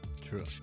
True